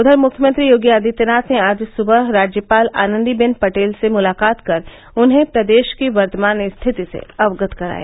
उधर मुख्यमंत्री योगी आदित्यनाथ ने आज सुबह राज्यपाल आनंदीबेन पटेल से मुलाकात कर उन्हें प्रदेश की वर्तमान स्थिति से अवगत कराया